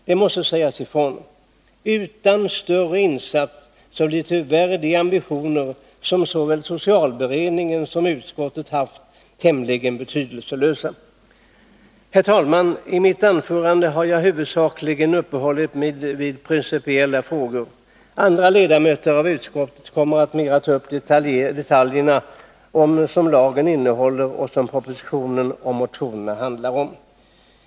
Det måste sägas ifrån: Utan större insatser blir tyvärr de ambitioner som såväl socialberedningen som utskottet haft tämligen betydelselösa. Herr talman! I mitt anförande har jag huvudsakligen uppehållit mig vid principiella frågor. Andra ledamöter av utskottet kommer att mera ta upp de många olika detaljer som lagen innehåller och som propositionen och motionerna handlar om.